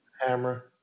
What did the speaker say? Hammer